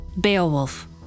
Beowulf